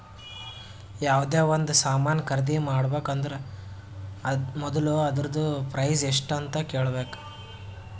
ಯಾವ್ದೇ ಒಂದ್ ಸಾಮಾನ್ ಖರ್ದಿ ಮಾಡ್ಬೇಕ ಅಂದುರ್ ಮೊದುಲ ಅದೂರ್ದು ಪ್ರೈಸ್ ಎಸ್ಟ್ ಅಂತ್ ಕೇಳಬೇಕ